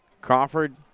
Crawford